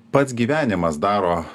pats gyvenimas daro